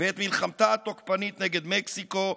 ואת מלחמתה התוקפנית נגד מקסיקו,